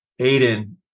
Aiden